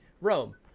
Rome